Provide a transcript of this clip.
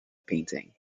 painting